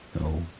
no